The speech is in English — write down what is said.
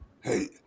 Hey